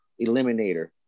eliminator